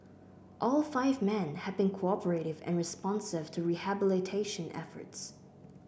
all five men had been cooperative and responsive to rehabilitation efforts